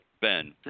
Ben